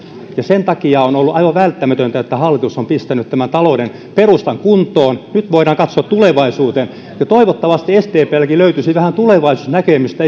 ja sen takia on ollut aivan välttämätöntä että hallitus on pistänyt talouden perustan kuntoon nyt voidaan katsoa tulevaistuuteen toivottavasti sdplläkin löytyisi vähän tulevaisuusnäkemystä